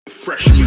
fresh